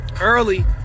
early